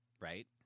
right